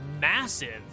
massive